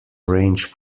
range